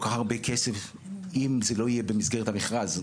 כך הרבה כסף אם זה לא יהיה במסגרת המכרז,